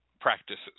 practices